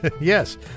Yes